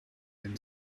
than